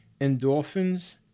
endorphins